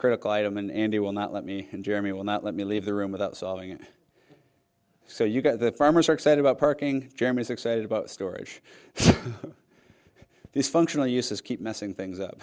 critical item and it will not let me and jeremy will not let me leave the room without solving it so you got the farmers are excited about parking jeremy's excited about storage these functional uses keep messing things up